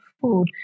food